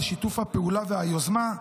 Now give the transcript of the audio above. על שיתוף הפעולה ועל היוזמה,